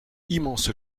immense